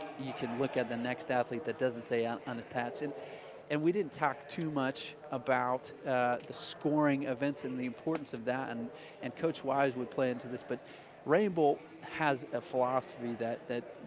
you can look at the next athlete that doesn't say um unattached. and and we didn't talk too much about scoring events and the importance of that, and and coach wise would play into this. but rainbolt has a philosophy that that